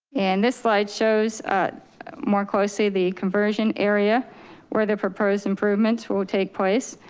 and this slide shows a more closely the conversion area where the proposed improvements will take place.